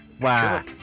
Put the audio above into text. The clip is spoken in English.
Wow